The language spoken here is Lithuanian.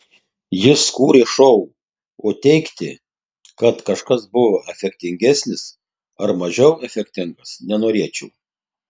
jis kūrė šou o teigti kad kažkas buvo efektingesnis ar mažiau efektingas nenorėčiau